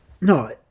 No